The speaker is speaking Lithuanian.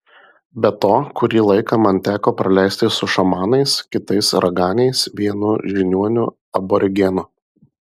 be to kurį laiką man teko praleisti su šamanais kitais raganiais vienu žiniuoniu aborigenu